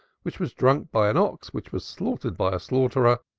which was drunk by an ox, which was slaughtered by a slaughterer,